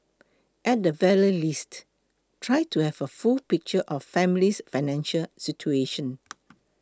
at the very least try to have a full picture of family's financial situation